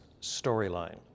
storyline